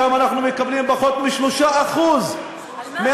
שם אנחנו מקבלים פחות מ-3% מהתקציב.